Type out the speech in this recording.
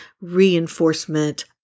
reinforcement